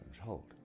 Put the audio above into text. hold